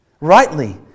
rightly